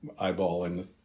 eyeballing